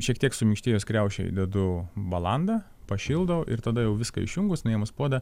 šiek tiek suminkštėjus kriaušei dedu balandą pašildau ir tada jau viską išjungus nuėmus puodą